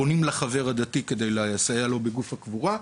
פונים לחבר הדתי כדי שיסייע בגוף הקבורה.